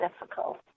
difficult